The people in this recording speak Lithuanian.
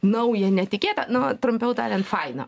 nauja netikėta na trumpiau tariant faina